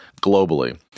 globally